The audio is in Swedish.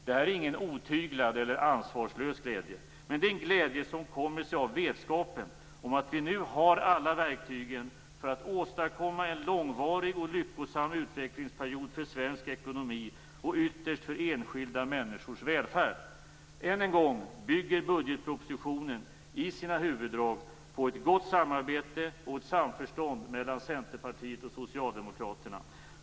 Det här är ingen otyglad eller ansvarslös glädje, men det är en glädje som kommer sig av vetskapen om att vi nu har alla verktygen för att åstadkomma en långvarig och lyckosam utvecklingsperiod för svensk ekonomi och ytterst för enskilda människors välfärd. Än en gång bygger budgetpropositionen i sina huvuddrag på ett gott samarbete och ett samförstånd mellan Centerpartiet och Socialdemokraterna.